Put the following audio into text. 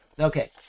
Okay